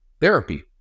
therapy